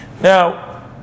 now